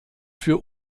für